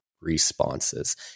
responses